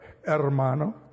Hermano